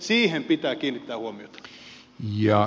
siihen pitää kiinnittää huomiota